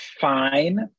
fine